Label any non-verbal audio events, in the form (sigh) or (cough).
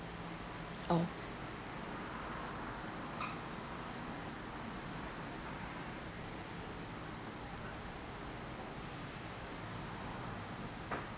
(noise) oh